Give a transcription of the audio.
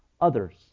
others